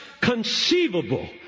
conceivable